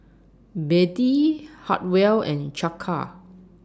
Bettie Hartwell and Chaka